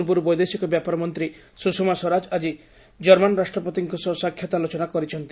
ପୂର୍ବରୁ ବୈଦେଶିକ ବ୍ୟାପାର ମନ୍ତ୍ରୀ ସୁଷମା ସ୍ୱରାଜ ଆଜି କର୍ମାନ ରାଷ୍ଟ୍ରପତିଙ୍କ ସହ ସାକ୍ଷାତ୍ ଆଲୋଚନା କରିଛନ୍ତି